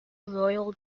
royal